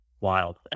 wild